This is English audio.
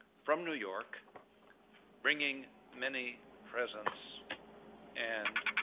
from new york bringing many presents and